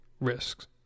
risks